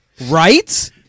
Right